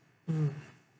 mm